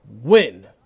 win